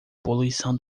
poluição